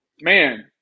man